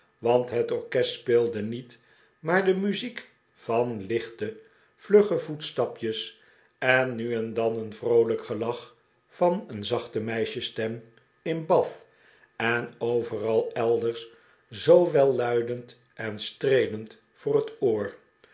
want het orkest speelde nog niet maar de muziek van lichte vlugge voetstapjes en riu en dan een vroolijk gelach van een zachte meisjesstem in bath en overal elders zoo welluidend en streelend voor het oor